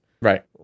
Right